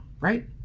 right